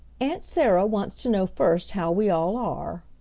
aunt sarah wants to know first how we all are.